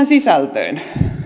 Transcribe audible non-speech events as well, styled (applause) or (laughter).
(unintelligible) sisältöön